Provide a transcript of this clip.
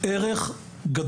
יש לכך ערך גדול.